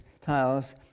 tiles